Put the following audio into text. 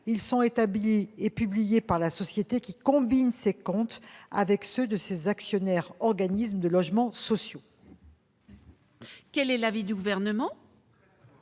Ils sont établis et publiés par la société, qui combine ses comptes avec ceux de ses actionnaires organismes de logements sociaux. Quel est l'avis du Gouvernement ?